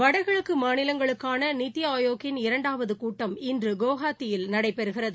வடகிழக்கு மாநிலங்களுக்கான நித்தி ஆயோக்கின் இரண்டாவது கூட்டம் இன்று குவாஹாத்தியில் நடைபெறுகிறது